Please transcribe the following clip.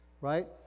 Right